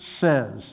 says